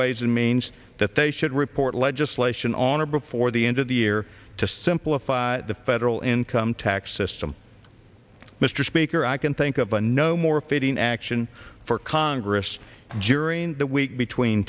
ways and means that they should report legislation on or before the end of the year to simplify the federal income tax system mr speaker i can think of a no more fitting action for congress jeering that week between